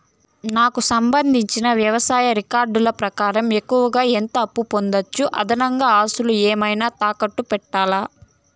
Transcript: నాకు సంబంధించిన వ్యవసాయ రికార్డులు ప్రకారం ఎక్కువగా ఎంత అప్పు పొందొచ్చు, అదనంగా ఆస్తులు ఏమన్నా తాకట్టు పెట్టాలా?